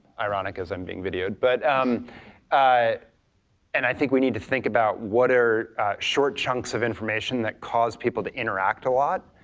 ironic, as i'm being videoed, but um and i think we need to think about what are short chunks of information that cause people to interact a lot